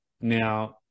Now